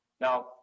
Now